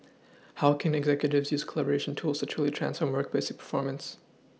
how can executives use collaboration tools to truly transform workplace performance